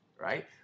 right